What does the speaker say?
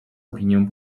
opinię